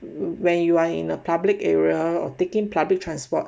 when you are in a public area or taking public transport